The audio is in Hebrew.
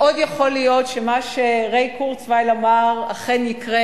מאוד יכול להיות שמה שריי קורצווייל אמר אכן יקרה,